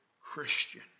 Christian